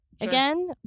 again